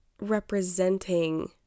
representing